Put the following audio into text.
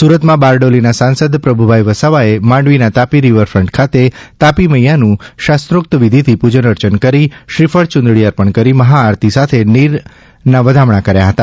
સુરતમાં બારડોલીના સાંસદ પ્રભુભાઇ વસાવાએ માંડવીના તાપી રિવર ફ્રન્ટ ખાતે તાપી મૈયાનું શાોક્ત વિધિથી પૂજન અર્ચન કરી શ્રીફળ યુંદડી અર્પણ કરી મહાઆરતી સાથે નર્મદા નીરના વધામણા કર્યા હતા